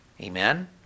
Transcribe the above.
Amen